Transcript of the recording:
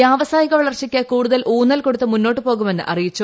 വ്യാവസായിക വളർച്ചയ്ക്ക് കൂടുതൽ ഊന്നൽ കൊടുത്തു മുന്നോട്ടു പോകുമെന്ന് അറിയിച്ചു